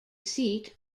seat